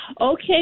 Okay